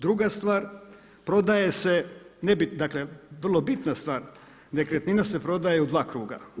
Druga stvar, prodaje se, dakle vrlo bitna stvar, nekretnina se prodaje u dva kruga.